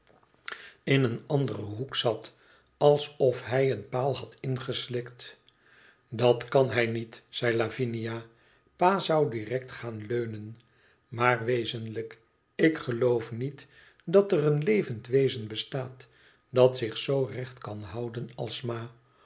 in een anderen hoek zat alsof hij een paal had ingeslikt dat kan hij niet zei lavinia pa zou direct gaan leunen maar wezenlijk ik geloof niet dat er een levend wezen bestaat dat zich zoo recht kan houden als ma